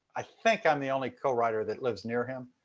i think i'm the only cowriter that lives near him.